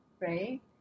right